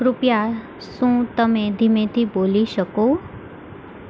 કૃપયા શું તમે ધીમેથી બોલી શકો